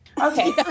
Okay